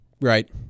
Right